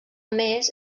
més